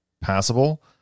passable